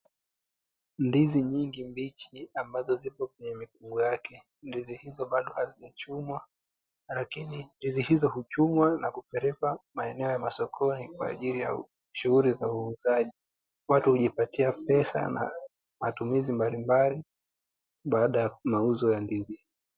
Ndizi nyingi mbichi ambazo zipo kwenye mikungu yake, ndizi hizo bado hazijachumwa lakini ndizi hizo huchumwa na kupelekwa maeneo ya masokoni kwajili ya shughulia za uuzaji, watu hujipatia pesa na matumizi mablimbali baadaya ya mauzo ya ndizi.